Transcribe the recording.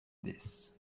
this